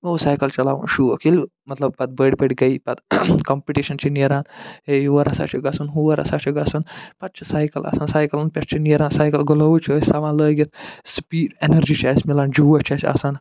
مےٚ اوس سایکل چَلاوُن شوق ییٚلہِ مطلب پتہٕ بٔڑۍ بٔڑۍ گٔے پتہٕ کمپِٹِشَن چھِ نیران ہے یور ہسا چھُ گَژھُن ہور ہسا چھُ گَژھُن پتہٕ چھُ سایکل آسان سایکَلن پٮ۪ٹھ چھُ نیران سایکل گٕلووٕز چھِ أسۍ تھَوان لٲگِتھ سِپیٖڈ اٮ۪نرجی چھِ اَسہِ مِلان جوش چھُ اَسہِ آسان